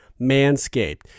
manscaped